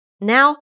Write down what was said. Now